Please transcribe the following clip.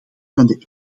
van